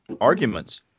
arguments